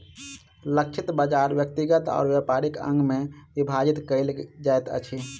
लक्षित बाजार व्यक्तिगत और व्यापारिक अंग में विभाजित कयल जाइत अछि